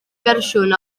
fersiwn